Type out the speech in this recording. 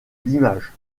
l’image